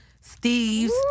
Steve's